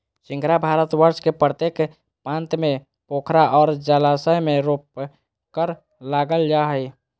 सिंघाड़ा भारतवर्ष के प्रत्येक प्रांत में पोखरा और जलाशय में रोपकर लागल जा हइ